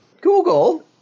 Google